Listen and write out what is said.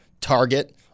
Target